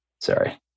Sorry